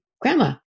Grandma